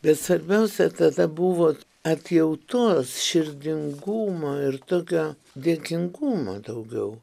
bet svarbiausia tada buvo atjautos širdingumo ir tokio dėkingumo daugiau